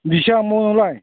बेसां मनावलाय